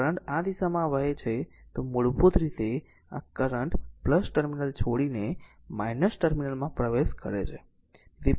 જો કરંટ આ દિશામાં વહે છે તો મૂળભૂત રીતે આ કરંટ ટર્મિનલ છોડીને ટર્મિનલમાં પ્રવેશ કરે છે